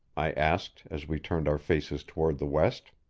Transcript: i asked, as we turned our faces toward the west.